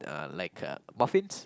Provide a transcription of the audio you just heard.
uh like uh muffins